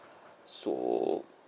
so